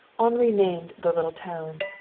henri named the little town.